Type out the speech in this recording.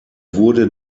wurde